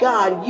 God